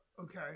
Okay